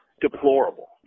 deplorable